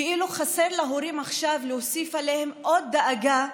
כאילו חסר להורים עכשיו, להוסיף להם עוד דאגה: